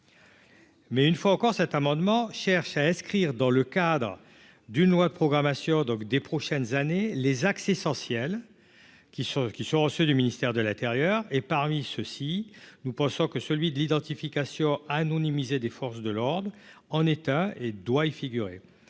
Mais une fois encore, cet amendement cherche à inscrire dans le cadre d'une loi de programmation donc des prochaines années, les axes essentiels qui sont, qui sont ceux du ministère de l'Intérieur et parmi ceux-ci, nous pensons que celui de l'identification anonymisé des forces de l'ordre en état et doit y figurer